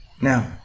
Now